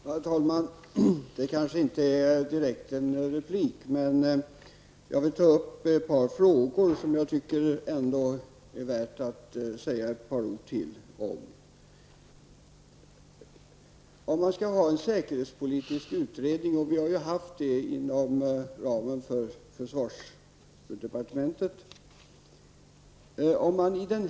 Herr talman! Detta kanske inte är en replik direkt, men jag vill ta upp ett par frågor som jag tycker att det är värt att säga ett par ord om. Vi har ju haft en säkerhetspolitisk utredning inom ramen för försvarsdepartementets verksamhet.